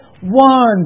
one